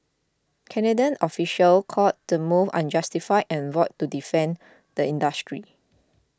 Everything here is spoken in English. Canadian officials called the move unjustified and vowed to defend the industry